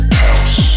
house